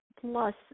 plus